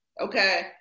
okay